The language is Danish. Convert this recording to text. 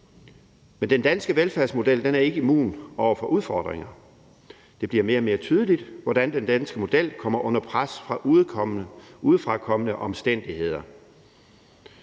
Men den danske velfærdsmodel er ikke immun over for udfordringer. Det bliver mere og mere tydeligt, hvordan den danske model kommer under pres fra udefrakommende omstændigheder.